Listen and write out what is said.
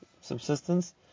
subsistence